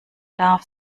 darf